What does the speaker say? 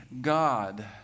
God